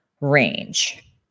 range